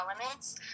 elements